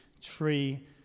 tree